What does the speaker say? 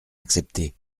accepter